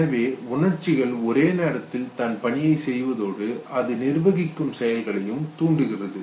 எனவே உணர்ச்சிகள் ஒரே நேரத்தில் தன் பணியை செய்வதோடு அது நிர்வகிக்கும் செயல்களையும் தூண்டுகிறது